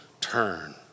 turn